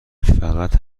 فقط